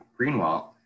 Greenwald